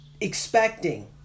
expecting